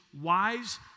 wise